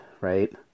right